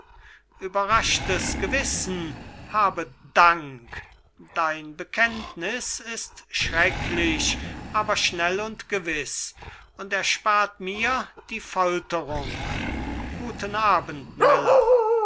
überraschtes gewissen habe dank dein bekenntniß ist schrecklich aber schnell und gewiß und erspart mir die folterung guten abend miller